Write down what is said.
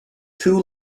two